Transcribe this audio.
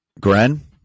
Gren